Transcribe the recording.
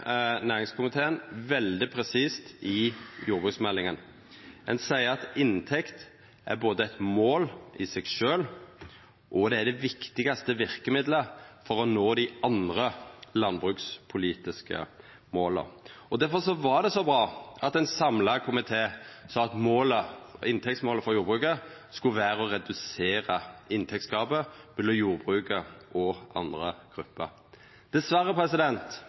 næringskomiteen veldig presist i innstillinga til jordbruksmeldinga. Ein seier at inntekt er både eit mål i seg sjølv og det viktigaste verkemiddelet for å nå dei andre landbrukspolitiske måla. Difor var det så bra at ein samla komité sa at inntektsmålet for jordbruket skulle vera å redusera inntektsgapet mellom jordbruket og andre grupper. Dessverre